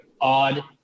odd